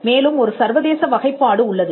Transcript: மேலும் ஒரு சர்வதேச வகைப்பாடு உள்ளது